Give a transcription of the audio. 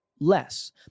less